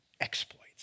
exploits